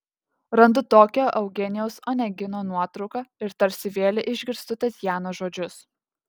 randu tokią eugenijaus onegino nuotrauką ir tarsi vėlei išgirstu tatjanos žodžius